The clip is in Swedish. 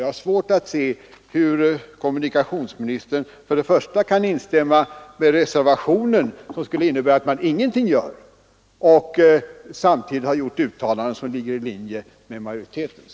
Jag har svårt att se hur kommunikationsministern kan instämma i reservationen, som skulle innebära att man ingenting gör, och samtidigt komma med uttalanden som ligger i linje med majoritetens.